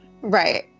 Right